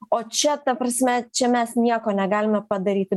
o čia ta prasme čia mes nieko negalime padaryti